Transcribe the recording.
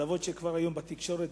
העלבות שהיום כבר בתקשורת,